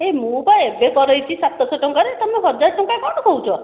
ଏ ମୁଁ ପା ଏବେ କରେଇଛି ସାତ ଶହ ଟଙ୍କାରେ ତମେ ହଜାରେ ଟଙ୍କା କଣ କହୁଛ